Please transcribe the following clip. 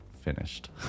finished